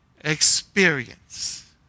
experience